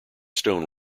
stone